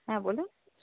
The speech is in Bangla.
হ্যাঁ বলুন